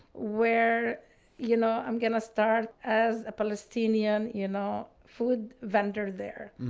where you know i'm going to start as a palestinian you know food vendor there.